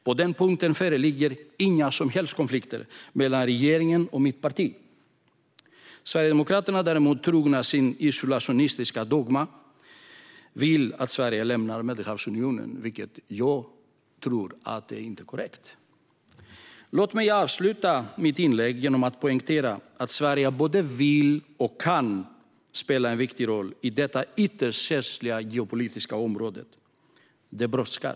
På den punkten föreligger inga som helst konflikter mellan regeringen och mitt parti. Sverigedemokraterna däremot, trogna sin isolationistiska dogm, vill att Sverige lämnar Medelhavsunionen. Jag anser att det vore fel. Låt mig avsluta mitt inlägg med att poängtera att Sverige både vill och kan spela en viktig roll i detta ytterst känsliga geopolitiska område, och det brådskar.